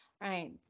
right